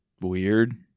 weird